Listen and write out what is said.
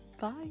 Bye